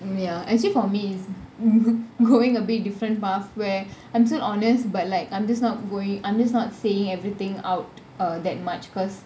mm ya actually for me is g~ growing a bit different path where I'm still honest but like I'm just not worried I'm just not saying everything out uh that much because